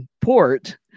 port